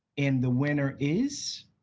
and the winner is